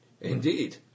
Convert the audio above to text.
Indeed